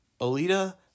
Alita